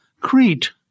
Crete